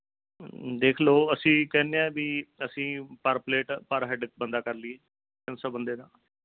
ਦੇਖ ਲਓ ਅਸੀਂ ਕਹਿੰਦੇ ਹਾਂ ਵੀ ਅਸੀਂ ਪਰ ਪਲੇਟ ਪਰ ਹੈੱਡ ਬੰਦਾ ਕਰ ਲਈਏ ਤਿੰਨ ਸੌ ਬੰਦੇ ਦਾ